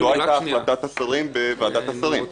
זאת הייתה החלטת השרים בוועדת השרים.